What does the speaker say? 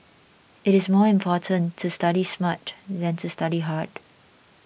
it is more important to study smart than to study hard